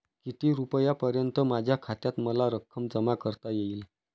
किती रुपयांपर्यंत माझ्या खात्यात मला रक्कम जमा करता येईल?